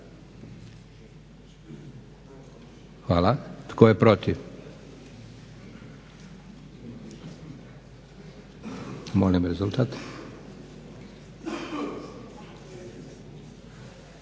Hvala. Tko je protiv? Hvala. Molim rezultat?